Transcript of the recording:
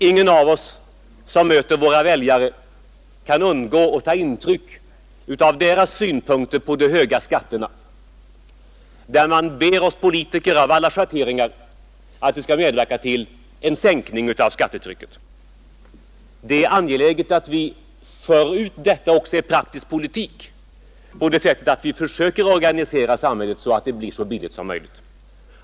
Ingen av oss som möter våra väljare kan undgå att ta intryck av deras synpunkter på de höga skatterna, när de ber oss politiker av alla schatteringar att medverka till en sänkning av skattetrycket. Det är angeläget att vi för ut detta också i praktisk politik på det sättet att vi försöker organisera samhället så att det blir så billigt som möjligt.